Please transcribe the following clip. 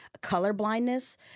colorblindness